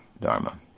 dharma